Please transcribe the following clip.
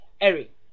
Eric